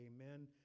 amen